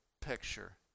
picture